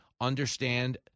understand